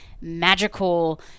magical